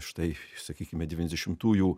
štai sakykime devyniasdešimtųjų